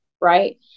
right